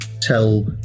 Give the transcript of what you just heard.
tell